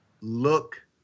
look